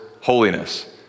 holiness